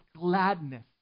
gladness